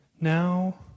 Now